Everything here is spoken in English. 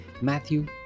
Matthew